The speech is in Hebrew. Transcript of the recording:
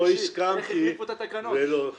ולא הסכמתי -- אז איך החליפו את התקנות ביום חמישי?